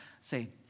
Say